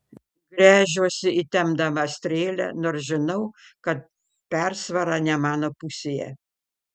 gręžiuosi įtempdama strėlę nors žinau kad persvara ne mano pusėje